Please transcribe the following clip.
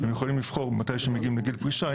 הם יכולים לבחור ברגע שהם מגיעים לגיל פרישה,